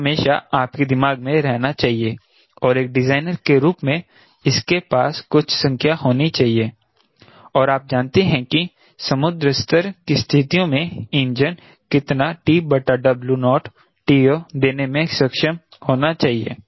यह हमेशा आपके दिमाग में रहना चाहिए और एक डिजाइनर के रूप में इसके पास कुछ संख्या होनी चाहिए और आप जानते हैं कि समुद्र स्तर की स्थितियों में इंजन कितना TO देने में सक्षम होना चाहिए